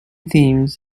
themes